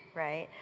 right?